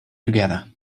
together